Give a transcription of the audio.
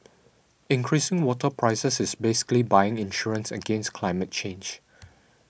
increasing water prices is basically buying insurance against climate change